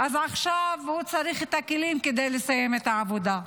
עכשיו הוא צריך את הכלים כדי לסיים את העבודה.